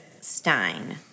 Stein